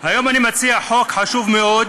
היום אני מציע חוק חשוב מאוד.